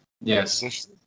Yes